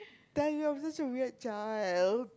then you are just a weird child